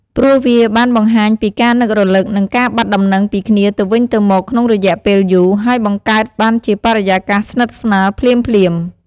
ព្រោះវាបានបង្ហាញពីការនឹករលឹក និងការបាត់ដំណឹងពីគ្នាទៅវិញទៅមកក្នុងរយៈពេលយូរ ហើយបង្កើតបានជាបរិយាកាសស្និទ្ធស្នាលភ្លាមៗ។